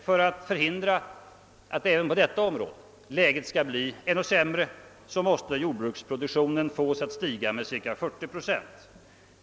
För att hindra att läget även på detta område skall bli ännu sämre måste jordbruksproduktionen stiga med cirka 40 procent.